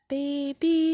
Baby